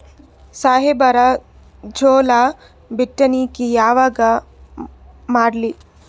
ಸಾಹೇಬರ ಜೋಳ ಬಿತ್ತಣಿಕಿ ಯಾವಾಗ ಮಾಡ್ಲಿ?